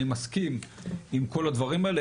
אני מסכים עם כל הדברים האלה,